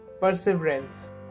Perseverance